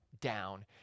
down